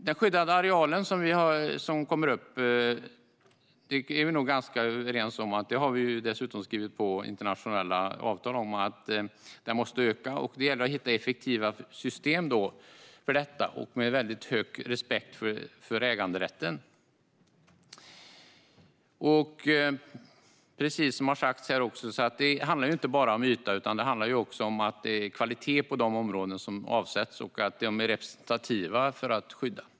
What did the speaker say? När det gäller den skyddade arealen är vi nog ganska överens. Vi har dessutom skrivit på internationella avtal om att den måste öka. Det gäller då att hitta effektiva system för detta och med stor respekt för äganderätten. Som sagts här handlar det inte bara om yta, utan det handlar också om att det ska vara kvalitet på de områden som avsätts och att de är representativa för att skydda.